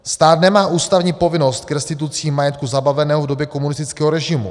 Stát nemá ústavní povinnost k restitucím majetku zabaveného v době komunistického režimu.